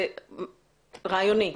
זה רעיוני.